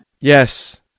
Yes